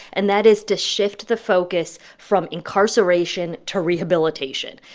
and that is to shift the focus from incarceration to rehabilitation.